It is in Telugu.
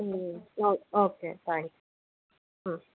oh okay fine